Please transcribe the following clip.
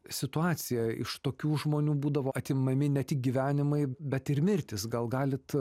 situacija iš tokių žmonių būdavo atimami ne tik gyvenimai bet ir mirtis gal galit